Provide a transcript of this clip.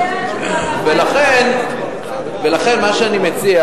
גם בחדרה ולכן מה שאני מציע,